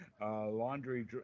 laundry